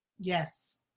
Yes